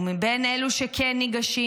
ואלה שכן ניגשים,